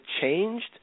changed